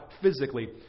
physically